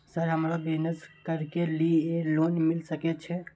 Sir हमरो business करके ली ये लोन मिल सके छे?